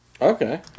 Okay